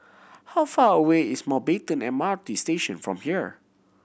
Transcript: how far away is Mountbatten M R T Station from here